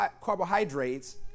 carbohydrates